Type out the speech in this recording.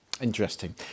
Interesting